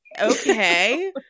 okay